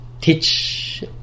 teach